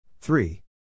Three